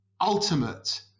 ultimate